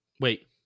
Wait